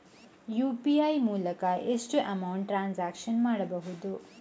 UPI ಮೂಲಕ ಎಷ್ಟು amount transaction ಮಾಡಬಹುದು?